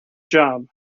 job